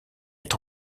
est